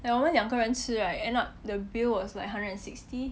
ya 我们两个人吃 right end up the bill was like hundred and sixty